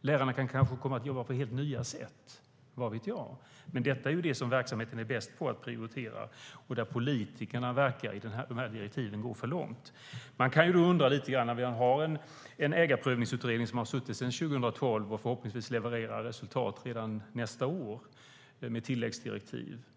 Man kan då fundera lite grann. Vi har Ägarprövningsutredningen, som har suttit sedan 2012 och som förhoppningsvis levererar resultat redan nästa år, med tilläggsdirektiv.